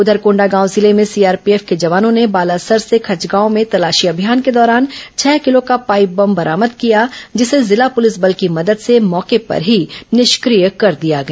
उधर कोंडागांव जिले में सीआरपीएफ के जवानों ने बालासर से खचगांव में तलाशी अभियान के दौरान छह किलो का पाइप बम बरामद किया है जिसे जिला पुलिस बल की मदद से मौके पर ही निष्क्रिय कर दिया गया